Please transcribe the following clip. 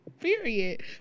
Period